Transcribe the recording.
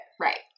right